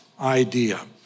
idea